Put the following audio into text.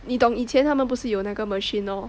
你懂以前他们不是有那个 machine lor